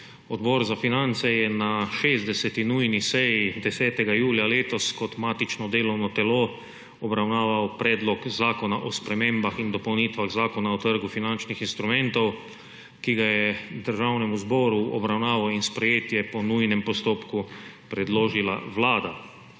Odbor za finance je na 60. nujni seji 10. julija 2021 kot matično delovno telo obravnaval Predlog zakona o spremembah in dopolnitvah Zakona o trgu finančnih instrumentov, ki ga je Državnemu zboru v obravnavo in sprejetje po nujnem postopku predložila Vlada.